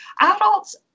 Adults